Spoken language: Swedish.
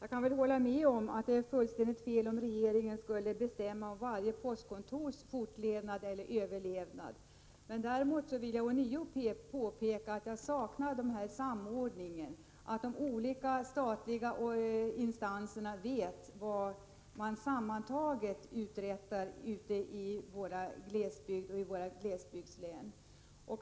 Jag kan hålla med om att det vore fullständigt fel om regeringen skulle bestämma om varje postkontors fortlevnad. Däremot vill jag ånyo påpeka att jag saknar samordningen. De olika statliga instanserna bör ha en samlad bild av vad som uträttas i glesbygden.